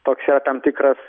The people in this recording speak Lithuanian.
toks yra tam tikras